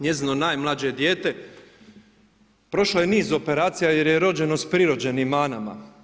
Njezino najmlađe dijete, prošlo je niz operacija jer je rođena sa prirođenim manama.